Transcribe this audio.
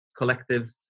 collectives